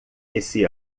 esse